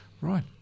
Right